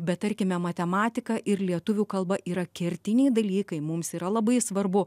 bet tarkime matematika ir lietuvių kalba yra kertiniai dalykai mums yra labai svarbu